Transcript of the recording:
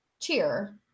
cheer